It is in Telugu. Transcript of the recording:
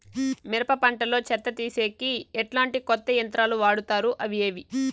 మిరప పంట లో చెత్త తీసేకి ఎట్లాంటి కొత్త యంత్రాలు వాడుతారు అవి ఏవి?